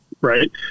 Right